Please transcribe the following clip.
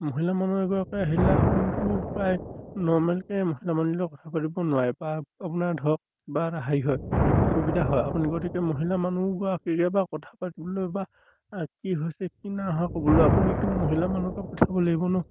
মহিলা মানুহ এগৰাকী আহিলে আপুনিটো প্ৰায় নৰ্মেলকৈ মহিলা মানুহজনীৰ লগত কথা পাতিব নোৱাৰে বা আপোনাৰ ধৰক কিবা এটা হেৰি হয় অসুবিধা হয় আপুনি গতিকে মহিলা মানুহগৰাকীকে বা কথা পাতিবলৈ বা কি হৈছে কি নাই হোৱা ক'বলৈ আপুনিটো মহিলা মানুহকে পঠিয়াব লাগিব ন